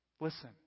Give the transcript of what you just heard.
listen